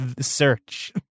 search